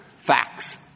facts